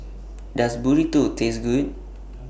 Does Burrito Taste Good